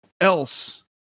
else